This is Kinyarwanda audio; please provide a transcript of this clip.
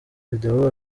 video